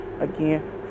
again